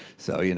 so, you know,